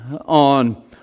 on